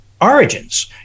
origins